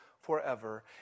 forever